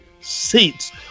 seats